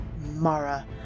Mara